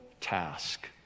task